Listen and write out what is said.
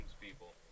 people